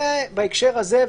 בהקשר הזה,